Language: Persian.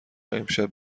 امشب